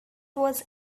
was